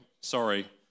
Sorry